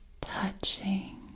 touching